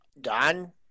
done